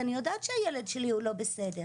אני יודעת שהילד שלי הוא לא בסדר,